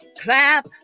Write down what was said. clap